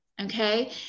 Okay